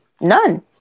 None